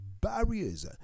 barriers